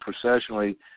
processionally